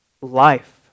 life